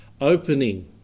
Opening